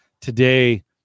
Today